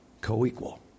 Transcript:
co-equal